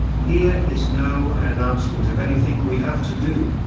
here is no announcement of anything we have to do,